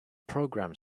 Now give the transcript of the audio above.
program